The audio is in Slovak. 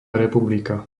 republika